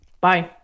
bye